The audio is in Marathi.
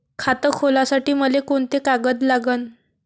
खात खोलासाठी मले कोंते कागद लागन?